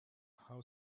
how